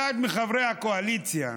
אחד מחברי הקואליציה,